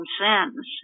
sins